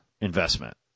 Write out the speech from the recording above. investment